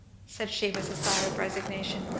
said she, with a sigh of resignation,